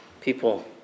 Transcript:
people